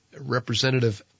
Representative